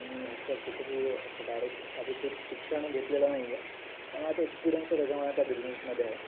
मी याचं कुठेही असं डायरेक्ट अधिकृत शिक्षण घेतलेलं नाही आहे पण मग आता एक्सपीरियन्स आहे त्याच्यामुळे त्या बिजनेसमध्ये आहे